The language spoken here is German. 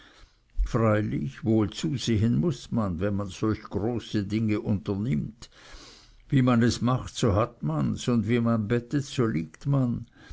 freilich wohl zusehen muß man wenn man solche große dinge unternimmt wie man es macht so hat mans und wie man bettet so liegt man